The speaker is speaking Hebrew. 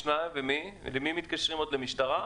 למי מתקשרים עוד, למשטרה?